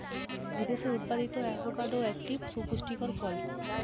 বিদেশে উৎপাদিত অ্যাভোকাডো একটি সুপুষ্টিকর ফল